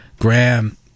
Graham